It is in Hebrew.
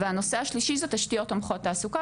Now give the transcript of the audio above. והנושא השלישי זה תשתיות תומכות עסוקה